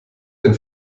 denn